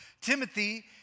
Timothy